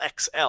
XL